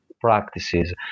practices